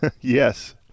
Yes